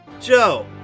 Joe